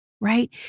right